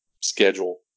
schedule